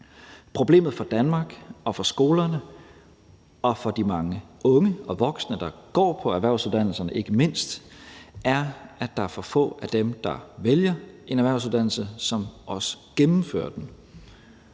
Problemet for Danmark og for skolerne og for de mange unge og voksne, der går på erhvervsuddannelserne ikke mindst, er, at der er for få af dem, der vælger en erhvervsuddannelse, som også gennemfører den.